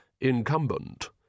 incumbent